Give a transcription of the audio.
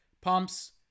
Pumps